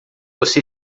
você